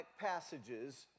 passages